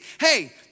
hey